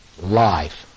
life